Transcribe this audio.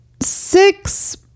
six